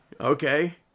Okay